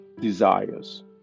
desires